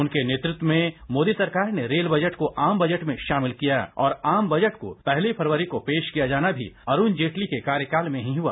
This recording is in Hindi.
उनके नेतत्व में मोदी सरकार ने रेल बजट को आम बजट में सामिल किया और आम बजट को पहली फरवरी को पेश किया जाना भी अरुण जेटली के कार्यकाल में ही हुआ